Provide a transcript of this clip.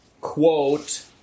quote